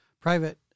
private